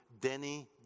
Denny